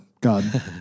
God